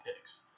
picks